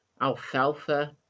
alfalfa